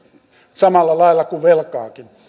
samalla lailla kuin velkaakin